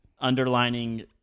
Underlining